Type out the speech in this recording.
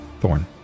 Thorn